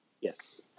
Yes